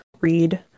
read